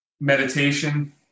meditation